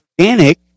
organic